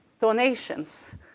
donations